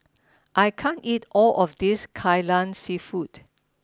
I can't eat all of this Kai Lan Seafood